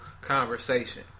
conversation